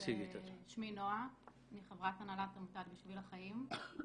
שמי נועה, אני חברת הנהלת עמותת "בשביל החיים".